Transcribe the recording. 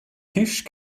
tisch